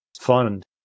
fund